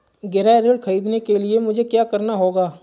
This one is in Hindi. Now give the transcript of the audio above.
गृह ऋण ख़रीदने के लिए मुझे क्या करना होगा?